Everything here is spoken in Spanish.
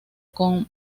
con